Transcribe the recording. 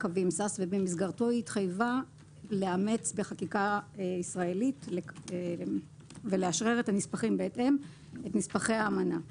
ובמסגרתו היא התחייבה לאמץ בחקיקה ישראלית ולאשרר את נספחי האמנה בהתאם,